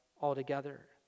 altogether